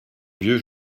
vieux